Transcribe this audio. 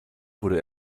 wurde